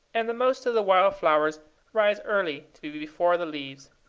and the most of the wild flowers rise early to be before the leaves,